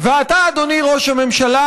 ואתה, אדוני ראש הממשלה,